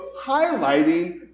highlighting